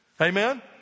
Amen